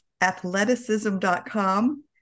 athleticism.com